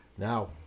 Now